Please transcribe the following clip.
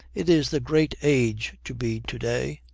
it is the great age to be to-day,